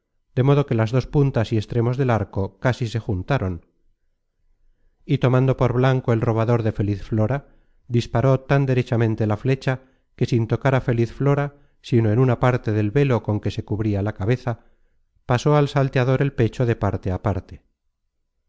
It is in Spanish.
de modo que las dos puntas y extremos del arco casi se juntaron y tomando por blanco el robador de feliz flora disparó tan derechamente la fecha que sin tocar á feliz flora sino en una parte del velo con que se cubria la cabeza pasó al salteador el pecho de parte á parte